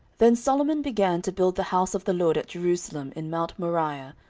then solomon began to build the house of the lord at jerusalem in mount moriah,